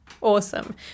Awesome